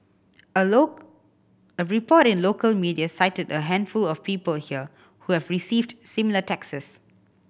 a a report in local media cited a handful of people here who have received similar texts